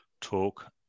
talk